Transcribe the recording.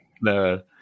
No